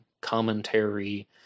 commentary